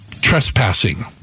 trespassing